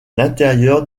l’intérieur